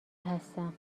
هستم